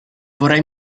vorrai